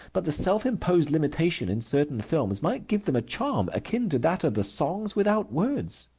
but the self-imposed limitation in certain films might give them a charm akin to that of the songs without words.